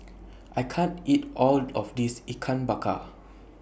I can't eat All of This Ikan Bakar